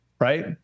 Right